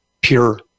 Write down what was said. pure